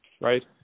right